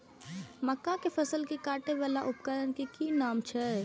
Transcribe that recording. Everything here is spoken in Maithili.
मक्का के फसल कै काटय वाला उपकरण के कि नाम छै?